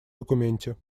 документе